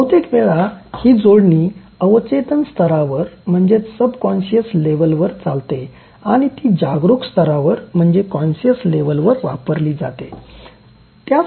बहुतेक वेळा ही जोडणी अवचेतन स्तरावर चालते आणि ती जागरूक स्तरावर वापरले जाते